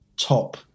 top